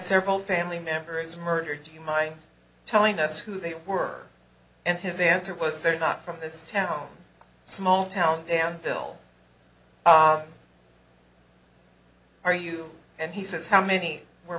several family members murdered do you mind telling us who they were and his answer was they're not from this town small town danville are you and he says how many were